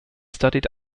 studied